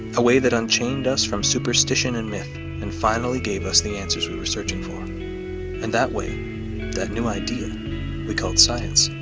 a way that unchained us from superstition and myth and finally gave us the answers we were searching for and that way that new idea we called science